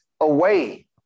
away